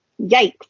yikes